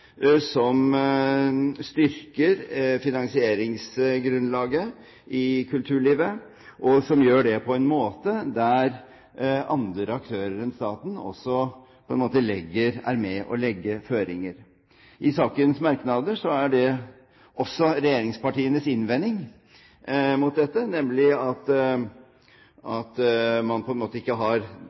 som styrker finansieringsgrunnlaget i kulturlivet, og som på en måte gjør det der andre aktører enn staten også er med på å legge føringer. I sakens merknader er det også regjeringspartienes innvending mot dette, nemlig at man ikke har den fulle kontroll med hvor midlene skal gå. Og man mener også at de museene som ikke har